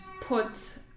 put